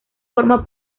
forma